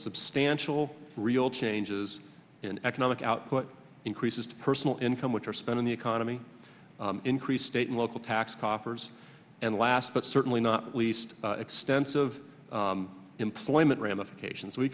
substantial real changes in economic output increases to personal income which are spent in the economy increased state and local tax coffers and last but certainly not least extensive employment ramifications we